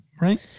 Right